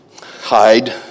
Hide